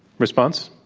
response.